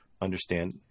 understand